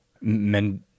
Men